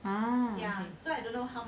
ah okay